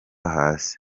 hasi